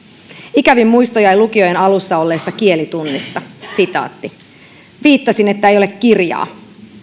ikävin muisto jäi lukion alussa olleesta kielitunnista viittasin että ei ole kirjaa